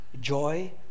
joy